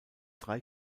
drei